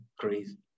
crazy